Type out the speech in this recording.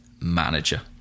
manager